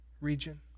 region